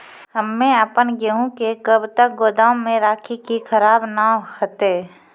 हम्मे आपन गेहूँ के कब तक गोदाम मे राखी कि खराब न हते?